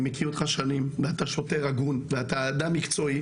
אני מכיר אותך שנים ואתה שוטר הגון ואתה אדם מקצועי